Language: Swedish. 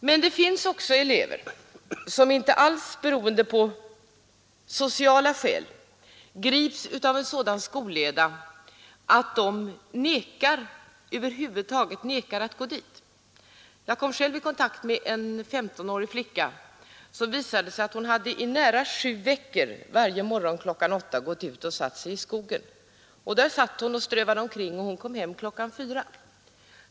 Men det finns också elever som — inte alls av sociala skäl — grips av en sådan skolleda att de över huvud taget nekar att gå till skolan. Jag kom själv i kontakt med en 15-årig flicka som skolvägrat. Det visade sig att hon i nära 7 veckor varje morgon kl. 8 hade gått ut och satt sig i skogen, och där satt hon sedan eller strövade omkring, och hon kom hem först kl. 4.